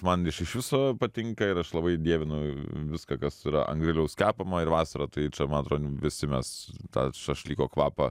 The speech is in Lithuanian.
man iš iš viso patinka ir aš labai dievinu viską kas yra an griliaus kepama ir vasarą tai man atrodo visi mes tą šašlyko kvapą